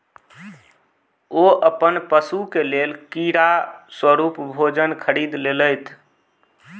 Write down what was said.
ओ अपन पशु के लेल कीड़ा स्वरूप भोजन खरीद लेलैत